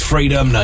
Freedom